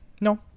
no